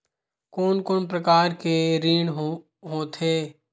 कोन कोन प्रकार के ऋण होथे?